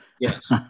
Yes